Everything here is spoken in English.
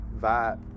vibe